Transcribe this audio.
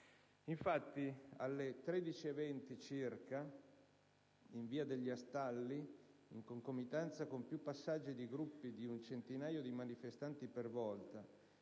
Infatti, alle ore 13,20 circa in via degli Astalli, in concomitanza con più passaggi di gruppi di un centinaio di manifestanti per volta,